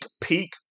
peak